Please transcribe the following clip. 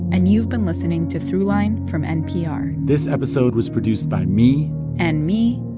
and you've been listening to throughline from npr this episode was produced by me and me,